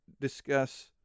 discuss